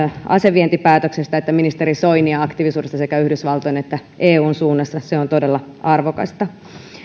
asevientipäätöksestä että ministeri soinia aktiivisuudesta sekä yhdysvaltojen että eun suunnassa se on todella arvokasta